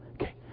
Okay